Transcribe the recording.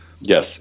Yes